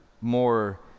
more